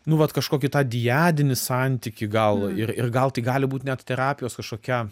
nu vat kažkokį tą diadinį santykį gal ir ir gal tai gali būt net terapijos kažkokia